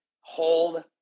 Hold